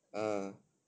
ah